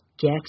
Get